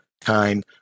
time